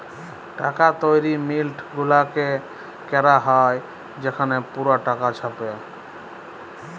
টাকা তৈরি মিল্ট গুলাতে ক্যরা হ্যয় সেখালে পুরা টাকা ছাপে